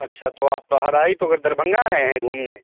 अच्छा तो आप बाहर आई तो इधर दरभंगा आएँ हैं घूमने